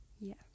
yes